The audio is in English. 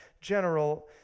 general